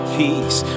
peace